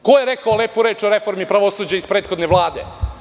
Ko je rekao lepu reč o reformi pravosuđa iz prethodne Vlade?